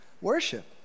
worship